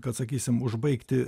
kad sakysim užbaigti